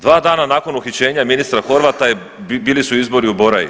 Dva dana nakon uhićenja ministara Horvata bili su izbori u Boraji.